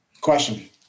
Question